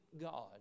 God